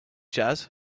jazz